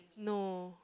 no